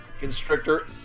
Constrictor